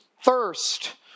thirst